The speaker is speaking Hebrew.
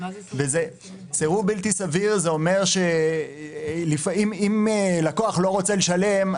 זה אומר שאם לקוח לא רוצה לשלם,